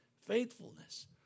faithfulness